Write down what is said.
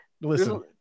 listen